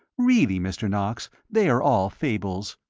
really, mr. knox, they are all fables.